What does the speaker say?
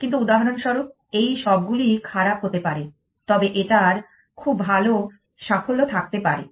কিন্তু উদাহরণস্বরূপ এই সবগুলোই খারাপ হতে পারে তবে এটার খুব ভাল সাফল্য থাকতে পারে